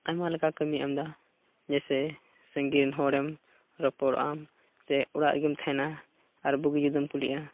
ᱟᱭᱢᱟ ᱞᱮᱠᱟᱱ ᱠᱟᱹᱢᱤ ᱮᱢᱫᱟ ᱡᱮᱭᱥᱮ ᱥᱟᱺᱜᱤᱧ ᱦᱚᱲᱮᱢ ᱨᱚᱯᱚᱲᱟᱢ ᱥᱮ ᱚᱲᱟᱜ ᱨᱮᱜᱮᱢ ᱛᱟᱦᱮᱱᱟ ᱟᱨ ᱵᱩᱜᱤ ᱡᱩᱫᱟᱹᱢ ᱠᱩᱞᱤᱜᱼᱟ